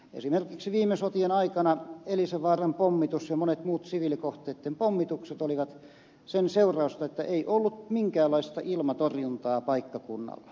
esimerkiksi viime sotien aikana elisenvaaran pommitus ja monet muut siviilikohteitten pommitukset olivat sen seurausta että ei ollut minkäänlaista ilmatorjuntaa paikkakunnalla